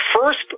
first